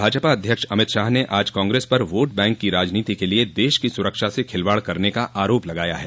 भाजपा अध्यक्ष अमित शाह ने आज कांग्रेस पर वोट बैंक की राजनीति के लिए देश की सुरक्षा से खिलवाड़ करने का आरोप लगाया है